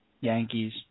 Yankees